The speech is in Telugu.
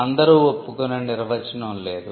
అందరూ వప్పుకునే నిర్వచనం లేదు